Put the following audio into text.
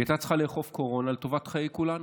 והיא הייתה צריכה לאכוף נוהלי קורונה לטובת חיי כולנו.